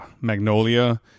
Magnolia